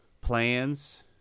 plans